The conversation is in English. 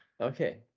Okay